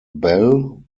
bell